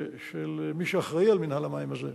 מי שאחראי למינהל המים הזה,